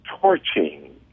torching